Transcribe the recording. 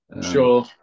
Sure